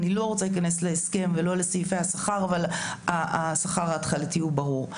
אני לא רוצה להיכנס להסכם ולא לסעיפי השכר אבל השכר ההתחלתי הוא ברור.